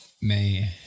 Man